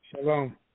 Shalom